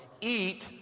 eat